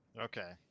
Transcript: okay